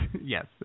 Yes